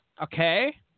Okay